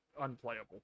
unplayable